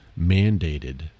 mandated